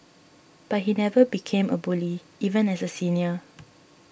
but he never became a bully even as a senior